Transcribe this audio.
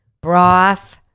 Broth